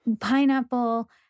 Pineapple